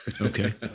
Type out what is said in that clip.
Okay